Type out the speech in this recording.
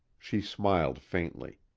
she smiled faintly.